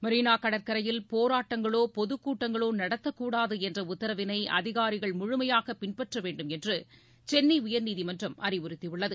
மெரினாகடற்கரையில் போராட்டங்களோ பொதுக்கூட்டங்களோநடத்தக்கூடாதுஎன்றஉத்தரவினைஅதிகாரிகள் முழுமையாகபின்பற்றவேண்டும் என்றுசென்னைஉயர்நீதிமன்றம் அறிவுறுத்திஉள்ளது